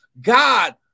God